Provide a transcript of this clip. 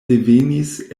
devenis